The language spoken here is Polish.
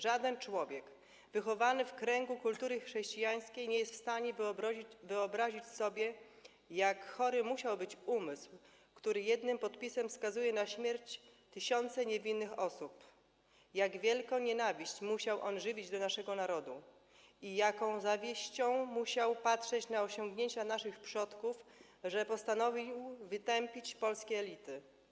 Żaden człowiek wychowany w kręgu kultury chrześcijańskiej nie jest w stanie wyobrazić sobie, jak chory musiał być umysł, który jednym podpisem skazał na śmierć tysiące niewinnych osób, jak wielką nienawiść musiał on żywić do naszego narodu i z jaką zawiścią musiał patrzeć na osiągnięcia naszych przodków, że postanowił wytępić polskie elity.